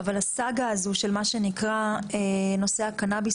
אבל הסאגה הזו של מה שנקרא נושא הקנביס